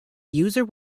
user